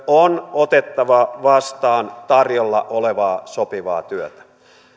on otettava vastaan tarjolla olevaa sopivaa työtä